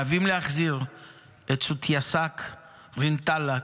חייבים להחזיר את סותטיסאק רינטלאק,